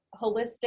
holistic